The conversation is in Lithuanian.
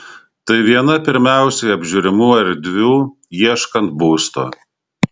tai viena pirmiausiai apžiūrimų erdvių ieškant būsto